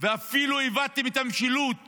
ואפילו איבדתם את המשילות